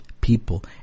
people